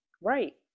right